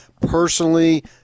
personally